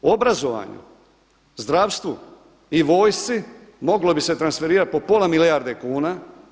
Obrazovanju, zdravstvu i vojsci moglo bi se transferirati po pola milijarde kuna.